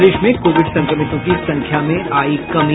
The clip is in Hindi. प्रदेश में कोविड संक्रमितों की संख्या में आयी कमी